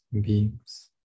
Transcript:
beings